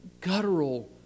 guttural